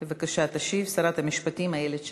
בבקשה, תשיב שרת המשפטים איילת שקד.